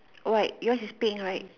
white yours is pink right